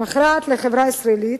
לחברה הישראלית,